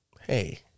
Hey